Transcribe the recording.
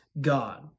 God